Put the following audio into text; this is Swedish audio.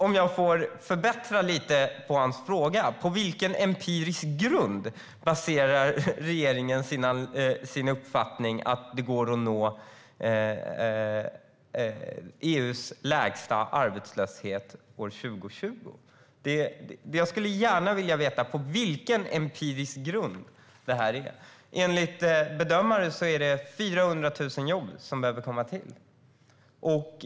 Om jag får utveckla hans fråga, på vilken empirisk grund baserar regeringen sin uppfattning att det går att nå EU:s lägsta arbetslöshet år 2020? Jag skulle gärna vilja veta vilken empirisk grund man baserar detta på. Enligt bedömare behöver det komma till 400 000 jobb.